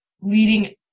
leading